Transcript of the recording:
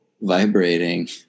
vibrating